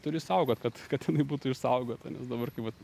turi saugot kad kad būtų išsaugota nes dabar kai vat